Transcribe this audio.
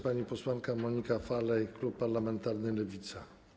Pani posłanka Monika Falej, klub parlamentarny Lewica.